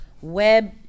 web